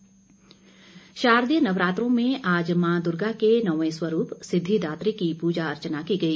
नवरात्र शारदीय नवरात्रों में आज माँ दुर्गा के नौवें स्वरूप सिद्धिदात्री की पूजा अर्चना की गई